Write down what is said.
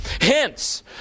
Hence